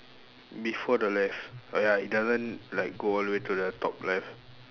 before the left oh ya it doesn't like go all the way to the top left